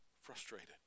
frustrated